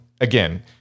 again